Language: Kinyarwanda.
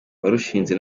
warushinze